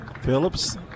Phillips